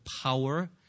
power